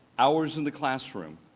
hours in the classroom,